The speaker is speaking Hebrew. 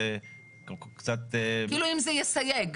זה קצת --- כאילו אם זה יסייג.